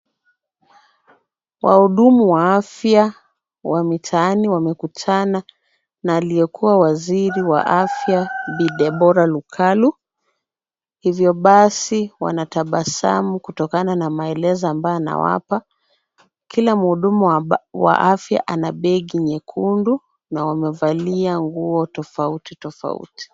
Wahudumu wa afya wa mitaani wamekutana na aliyekuwa waziri wa afya Bi. Deborah Lukalu. Hivyo basi wanatabasamu kutokana na maelezo anayowapa. Kila mhudumu wa afya ana begi nyekundu na wamevalia nguo tofauti tofauti.